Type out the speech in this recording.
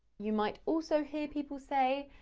you might also hear people say,